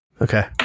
Okay